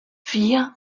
vier